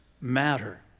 matter